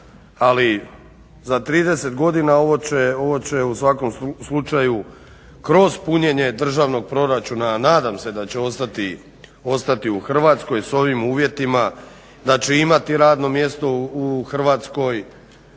Ali za 30 godina ovo će u svakom slučaju kroz punjenje državnog proračuna, a nadam se da će ostati u Hrvatskoj s ovim uvjetima, da će imati radno mjesto u Hrvatskoj,